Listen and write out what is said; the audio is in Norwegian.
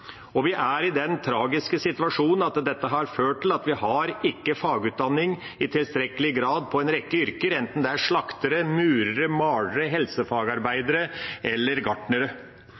Vi er i den tragiske situasjon at dette har ført til at vi ikke har fagutdanning i tilstrekkelig grad for en rekke yrker, enten det er slaktere, murere, malere, helsefagarbeidere eller gartnere.